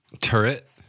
Turret